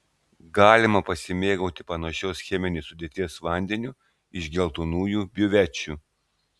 galima pasimėgauti panašios cheminės sudėties vandeniu iš geltonųjų biuvečių